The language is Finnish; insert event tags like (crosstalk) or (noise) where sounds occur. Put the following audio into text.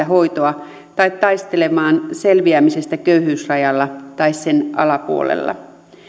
(unintelligible) hoitoa tai taistelemaan selviämisestä köyhyysrajalla tai sen alapuolella